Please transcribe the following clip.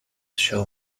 show